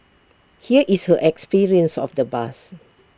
here is her experience of the bus